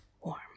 warm